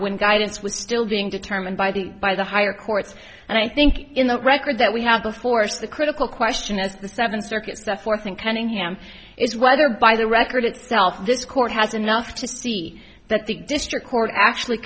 when guidance was still being determined by the by the higher courts and i think in the record that we have before us the critical question is the seven circuits that forth and cunningham is whether by the record itself this court has enough to see that the district court actually